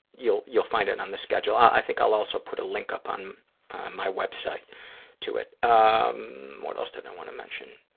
you'll you'll find it on the schedule. i think i'll also put a link up on my website to it. um what else did i want to mention?